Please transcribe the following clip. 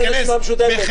יש מישהו שרוצה להתייחס?